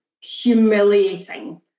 humiliating